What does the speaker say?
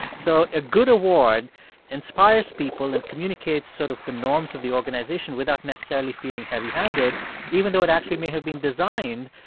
so a good award inspires people people and communicates sort of the norms of the organization without necessarily feeling heavy-handed even though it actually may have been designed,